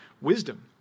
wisdom